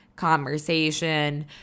conversation